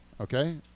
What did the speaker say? Okay